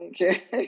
Okay